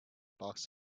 box